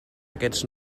aquests